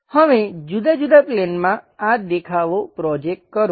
હવે જુદા જુદા પ્લેનમાં આ દેખાવો પ્રોજેક્ટ કરો